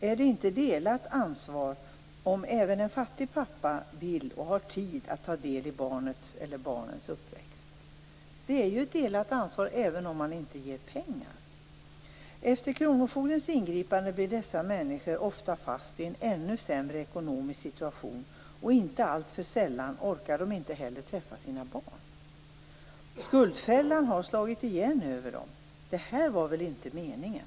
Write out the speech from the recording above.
Är det inte delat ansvar när även en fattig pappa vill och har tid att ta del i barnets eller barnens uppväxt? Det är delat ansvar även om man inte ger pengar. Efter kronofogdens ingripande blir dessa människor ofta fast i en ännu sämre ekonomisk situation, och inte alltför sällan orkar de inte heller träffa sina barn. Skuldfällan har slagit igen över dem. Det här var väl inte meningen?